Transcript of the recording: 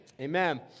amen